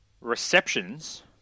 receptions